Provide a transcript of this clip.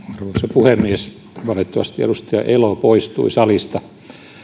puhemies valitettavasti edustaja elo poistui salista olisin halunnut